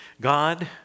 God